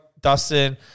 Dustin